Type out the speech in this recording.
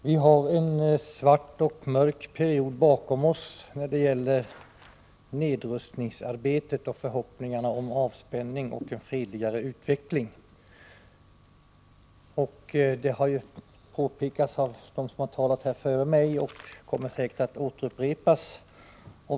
Herr talman! Vi har en mörk period bakom oss när det gäller nedrustningsarbetet och förhoppningarna om avspänning och en fredligare utveckling. Detta har påpekats av dem som talat före mig i dag och kommer säkert att upprepas.